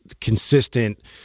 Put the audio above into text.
consistent